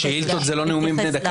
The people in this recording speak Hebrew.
שאילתות זה לא נאומים בני דקה.